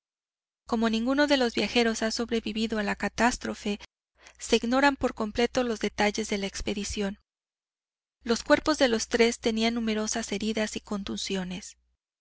como ninguno de los viajeros ha sobrevivido a la catástrofe se ignoran por completo los detalles de la expedición los cuerpos de los tres tenían numerosas heridas y contusiones